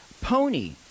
pony